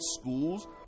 schools